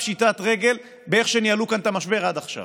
פשיטת רגל באיך שניהלו כאן את המשבר עד עכשיו,